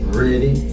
ready